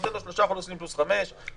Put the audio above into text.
אתה נותן לו שלושה חודשים פלוס חמישה חודשים,